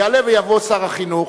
יעלה ויבוא שר החינוך